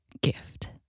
gift